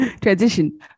Transition